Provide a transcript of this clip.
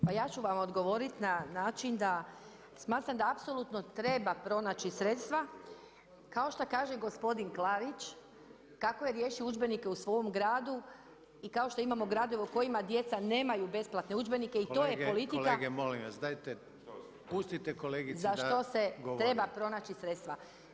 Pa ja ću vam odgovoriti na način da smatram da apsolutno treba pronaći sredstva, kao što kaže gospodin Klarić kako je riješio udžbenike u svom gradu i kao što imamo gradove u kojima djeca nemaju besplatne udžbenike i to je politika za što se treba pronaći sredstva.